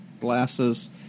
glasses